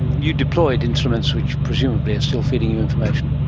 you deployed instruments which presumably are still feeding you information.